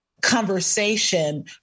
conversation